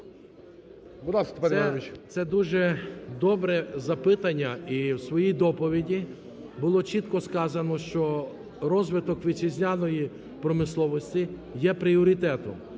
Це дуже добре запитання, і в своїй доповіді було чітко сказано, що розвиток вітчизняної промисловості є пріоритетом.